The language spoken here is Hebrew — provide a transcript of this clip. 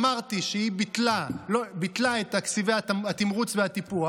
אמרתי שהיא ביטלה את תקציבי התמרוץ והטיפוח,